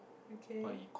okay